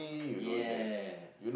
ya